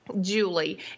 Julie